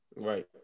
Right